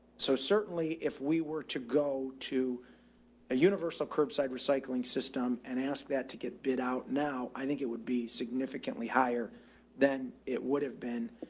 so certainly if we were to go to a universal curbside recycling system and ask that to get bid out now, i think it would be significantly higher than it would have been.